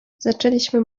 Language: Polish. zaczęliśmy